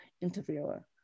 Interviewer